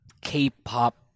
K-pop